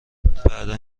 بعدا